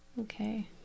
okay